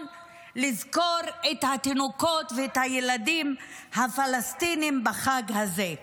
לזכור את התינוקות והילדים הפלסטינים בחג הזה.